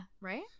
right